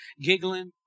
giggling